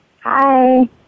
Hi